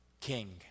king